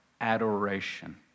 Adoration